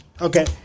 Okay